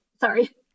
Sorry